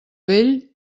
vell